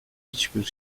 hiçbir